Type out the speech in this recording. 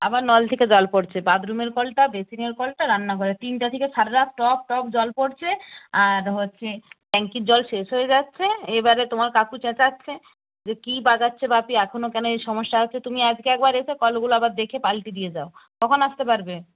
আবার নল থেকে জল পড়ছে বাথরুমের কলটা বেসিনের কলটা রান্নাঘরের তিনটা থেকে সারা রাত টপ টপ জল পড়ছে আর হচ্ছে ট্যাঙ্কির জল শেষ হয়ে যাচ্ছে এইবারে তোমার কাকু চেঁচাচ্ছে যে কী বাগাচ্ছে বাপি এখনও কেন এই সমস্যা হচ্ছে তুমি আজকে একবার এসে কলগুলো আবার দেখে পাল্টে দিয়ে যাও কখন আসতে পারবে